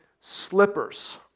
slippers